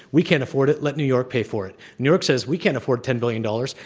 we can't afford it. let new york pay for it. new york says, we can't afford ten billion dollars.